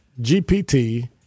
gpt